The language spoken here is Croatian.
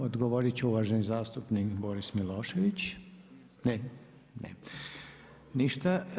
Odgovorit će uvaženi zastupnik Boris Milošević, ne, ne, ništa.